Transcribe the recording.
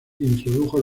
introdujo